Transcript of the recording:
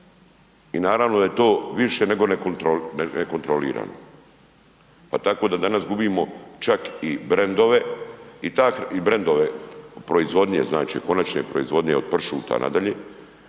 i naravno da je to više nego nekontrolirano, pa tako da danas gubimo čak i brendove i ta, i brendove proizvodnje, znači konačne proizvodnje od pršuta nadalje,